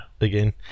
Again